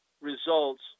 results